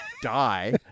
die